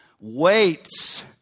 Waits